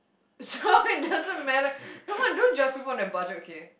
so it doesn't matter come on don't judge me on a budget okay